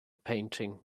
painting